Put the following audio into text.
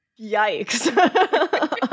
yikes